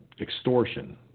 extortion